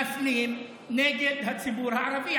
מפלים נגד הציבור הערבי.